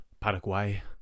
Paraguay